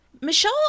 Michelle